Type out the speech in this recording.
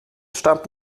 stammt